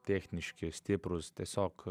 techniški stiprūs tiesiog